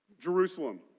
Jerusalem